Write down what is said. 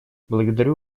благодарю